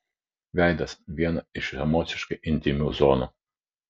veidas viena iš emociškai intymių zonų